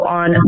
on